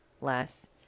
less